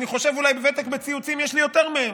אני חושב שוותק בציונים יש לי יותר מהם,